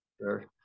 Sure